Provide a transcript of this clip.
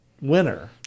winner